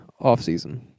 offseason